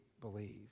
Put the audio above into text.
believe